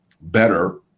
better